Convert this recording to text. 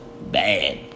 bad